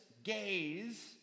gaze